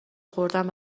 خوردن